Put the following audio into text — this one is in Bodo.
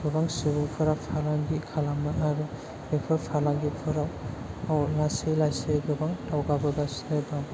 गोबां सुबुंफोरा फालांगि खालामो आरो बेफोर फालांगिफोराव लासै लासै गोबां दावगाबोगासिनो दं